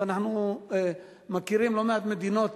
ואנחנו מכירים לא מעט מדינות